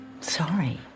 Sorry